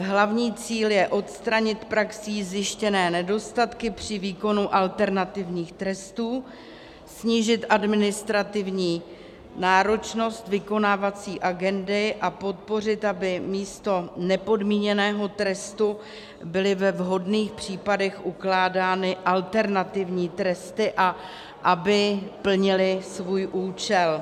Hlavní cíl je odstranit praxí zjištěné nedostatky při výkonu alternativních trestů, snížit administrativní náročnost vykonávací agendy a podpořit, aby místo nepodmíněného trestu byly ve vhodných případech ukládány alternativní tresty a aby plnily svůj účel.